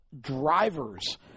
drivers